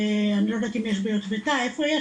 אני לא יודעת אם יש ביוטבתה איפה יש,